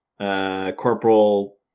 Corporal